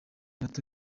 bato